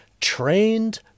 trained